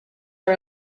are